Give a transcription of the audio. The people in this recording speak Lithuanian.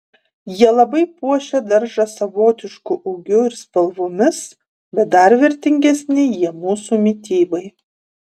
jie labai puošia daržą savotišku ūgiu ir spalvomis bet dar vertingesni jie mūsų mitybai